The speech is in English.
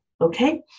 Okay